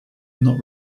not